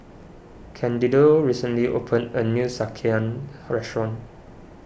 Candido recently opened a new Sekihan restaurant